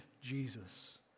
Jesus